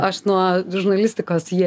aš nuo žurnalistikos jį